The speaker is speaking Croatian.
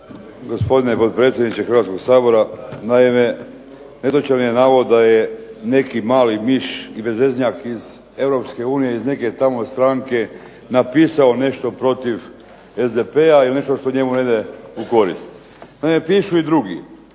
Gospodine potpredsjedniče Hrvatskog sabora. Naime, netočan je navod da je neki mali miš i bezveznjak iz EU iz neke tamo stranke napisao nešto protiv SDP-a ili nešto što ne ide njemu u korist. Naime, pišu i drugi.